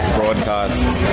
broadcasts